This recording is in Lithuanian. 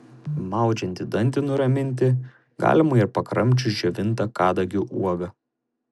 maudžiantį dantį nuraminti galima ir pakramčius džiovintą kadagių uogą